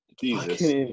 Jesus